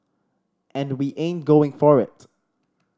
and we ain't going for it